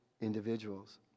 individuals